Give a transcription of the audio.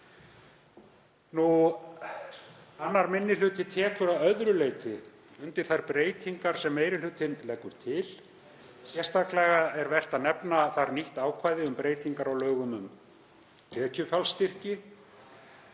Annar minni hluti tekur að öðru leyti undir þær breytingar sem meiri hlutinn leggur til. Sérstaklega er vert að nefna nýtt ákvæði um breytingar á lögum um tekjufallsstyrki,